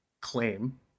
claim